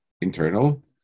internal